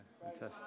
fantastic